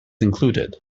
included